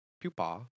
Pupa